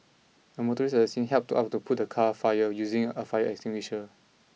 a motorist at the scene helped out to put the car fire using a fire extinguisher